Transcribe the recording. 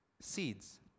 Seeds